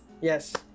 Yes